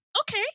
Okay